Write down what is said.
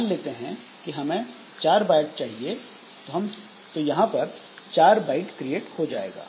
मान लेते हैं कि हमें 4 बाइट चाहिए तो यहां पर 4 बाइट क्रिएट हो जाएगा